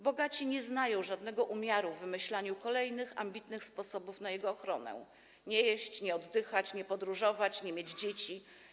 Bogaci nie znają żadnego umiaru w wymyślaniu kolejnych ambitnych sposobów na jego ochronę - nie jeść, nie oddychać, nie podróżować, nie mieć dzieci.